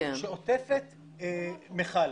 בהתחלה היינו מדווחים על תקלות לאור מה שהציבור ביקש.